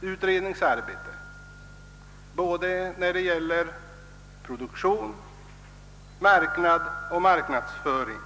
utredningsarbete både när det gäller produktion, marknad och marknadsföring.